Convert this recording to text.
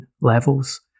levels